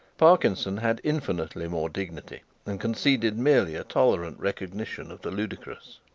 parkinson had infinitely more dignity and conceded merely a tolerant recognition of the ludicrous.